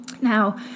Now